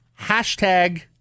hashtag